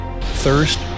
Thirst